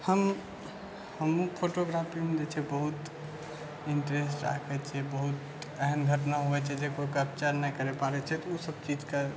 हम हमहुँ फोटोग्राफीमे जे छै बहुत इन्टरेस्ट राखै छियै बहुत एहन घटना होइ छै जे कोइ कैप्चर नहि करै पाड़ै छै तऽ उ सभ चीजके